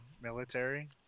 military